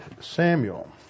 Samuel